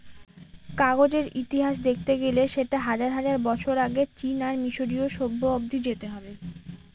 কাগজের ইতিহাস দেখতে গেলে সেটা হাজার হাজার বছর আগে চীন আর মিসরীয় সভ্য অব্দি যেতে হবে